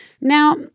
Now